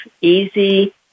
easy